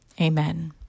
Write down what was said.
Amen